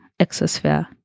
exosphere